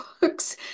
books